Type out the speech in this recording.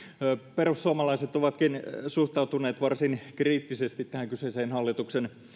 perussuomalaiset ovatkin suhtautuneet varsin kriittisesti tähän kyseiseen hallituksen